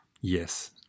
yes